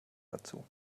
dazu